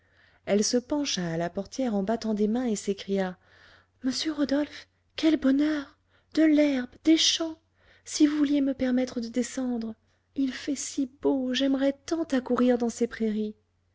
elle se pencha à la portière en battant des mains et s'écria monsieur rodolphe quel bonheur de l'herbe des champs si vous vouliez me permettre de descendre il fait si beau j'aimerais tant à courir dans ces prairies